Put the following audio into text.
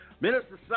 Minister